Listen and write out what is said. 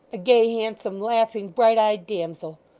a gay, handsome, laughing, bright-eyed damsel!